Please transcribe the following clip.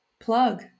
plug